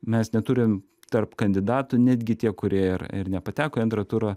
mes neturim tarp kandidatų netgi tie kurie ir ir nepateko į antrą turą